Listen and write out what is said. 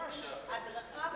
מוסיפים הדרכה,